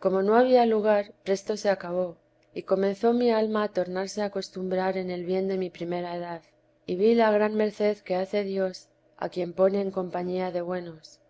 como no había lugar presto se acabó y comenzó mi alma a tornarse a acostumbrar en el bien de mi primera edad y vi la gran merced que hace dios a quien pone en compañía de buenos